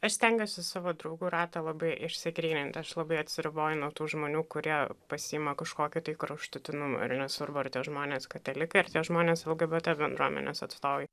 aš stengiuosi savo draugų ratą labai išsigryninti aš labai atsiriboju nuo tų žmonių kurie pasiima kažkokį kraštutinumą ir nesvarbu ar tie žmonės katalikai ar tie žmonės lgbt bendruomenės atstovai